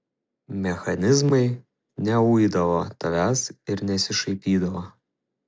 mechanizmai neuidavo tavęs ir nesišaipydavo